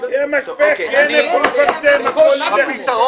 --- יהיה משפך כי אין איפה לפרסם, הכול ילך לשם.